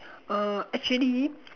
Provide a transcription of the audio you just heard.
uh actually